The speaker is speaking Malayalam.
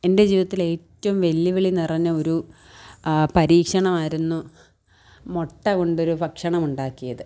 എൻ്റെ ജീവിതത്തിലേറ്റവും വെല്ലുവിളി നിറഞ്ഞ ഒരു പരീക്ഷണമായിരുന്നു മുട്ട കൊണ്ടൊരു ഭക്ഷണമുണ്ടാക്കിയത്